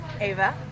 Ava